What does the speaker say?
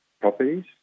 properties